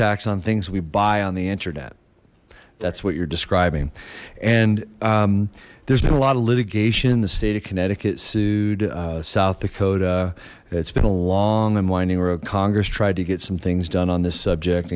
tax on things we buy on the internet that's what you're describing and there's been a lot of litigation the state of connecticut sued south dakota it's been a long and winding road congress tried to get some things done on this subject